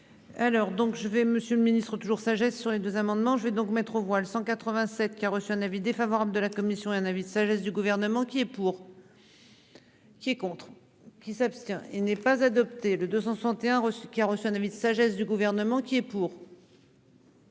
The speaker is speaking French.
donc je vais. Monsieur le Ministre toujours sagesse sur les deux amendements. Je vais donc mettre aux voix 187 qui a reçu un avis défavorable de la commission. Un avis de sagesse du gouvernement qui est pour. Qui est contre qui s'abstient. Il n'est pas adopté le 261 qui a reçu un avis de sagesse du gouvernement qui est pour.